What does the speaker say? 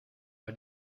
war